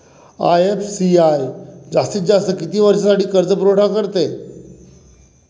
IFCI जास्तीत जास्त किती वर्षासाठी कर्जपुरवठा करते?